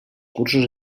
cursos